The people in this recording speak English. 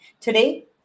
Today